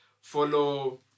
Follow